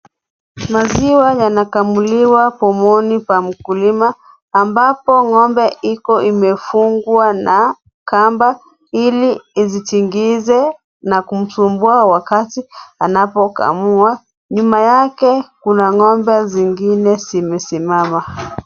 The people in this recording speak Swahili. Maziwa yanakamuliwa pumuni pa mkulima ambapo ngombe iko imefungwa na kamba ili isitingize na kusumbua wakati anapokamua, nyuma yake kuna ngombe zingine zimesimama.